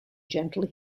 gentle